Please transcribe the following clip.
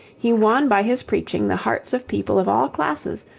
he won by his preaching the hearts of people of all classes,